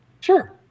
Sure